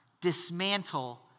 Dismantle